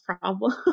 problem